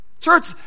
Church